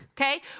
Okay